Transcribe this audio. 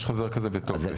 יש חוזר כזה בתוקף.